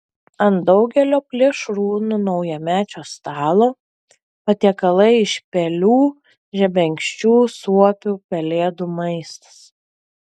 ant daugelio plėšrūnų naujamečio stalo patiekalai iš pelių žebenkščių suopių pelėdų maistas